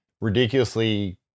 ridiculously